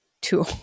two